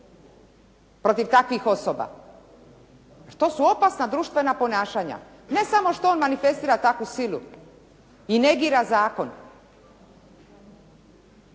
protiv takvih osoba. To su opasna društvena ponašanja. Ne samo što on manifestira takvu silu i negira zakon